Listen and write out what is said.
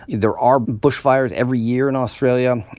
there are bushfires every year in australia.